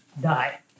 die